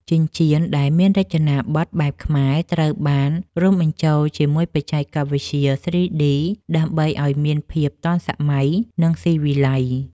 ចិញ្ចៀនដែលមានរចនាប័ទ្មបែបខ្មែរត្រូវបានរួមបញ្ចូលជាមួយបច្ចេកវិទ្យា 3D ដើម្បីឱ្យមានភាពទាន់សម័យ និង ស៊ីវិល័យ។